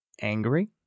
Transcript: angry